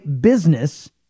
business